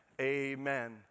Amen